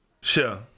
Sure